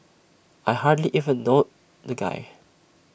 I hardly even know the guy